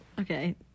okay